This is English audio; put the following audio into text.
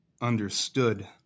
understood